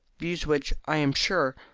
views which, i am sure,